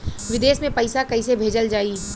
विदेश में पईसा कैसे भेजल जाई?